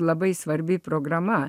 labai svarbi programa